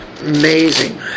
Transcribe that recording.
Amazing